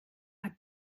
hat